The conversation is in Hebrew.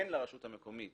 אין לרשות המקומית